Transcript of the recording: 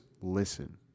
listen